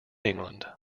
england